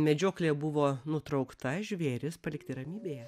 medžioklė buvo nutraukta žvėrys palikti ramybėje